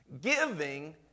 giving